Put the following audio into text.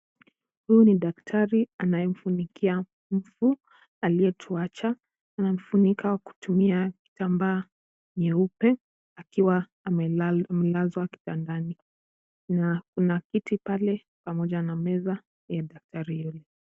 Huyu ni daktari anayemfunikia mfu aliyetuacha. Anamfunika kwa kutumia kitambaa nyeupe akiwa amela amelazwa kitandani, na kuna kiti pale pamoja na meza ya daktari yule.